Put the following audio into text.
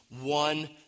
one